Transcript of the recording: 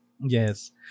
Yes